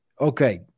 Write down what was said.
okay –